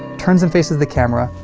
turns and faces the camera,